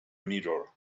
mirror